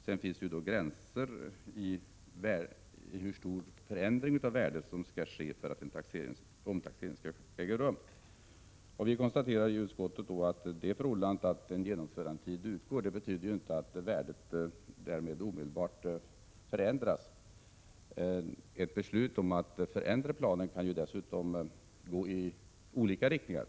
Sedan finns det gränser för hur stor förändringen av värdet skall vara för att en omtaxering skall äga rum. Vi konstaterar i utskottet att det förhållandet att en genomförandetid går ut inte betyder att värdet därmed omedelbart förändras. Ett beslut om att förändra planen kan ju dessutom gå i olika riktningar.